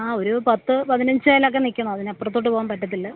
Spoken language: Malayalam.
ആ ഒരു പത്ത് പതിനഞ്ചിലൊക്കെ നിൽക്കണം അതിനപ്പുറത്തോട്ട് പോകാൻ പറ്റത്തില്ല